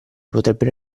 potrebbero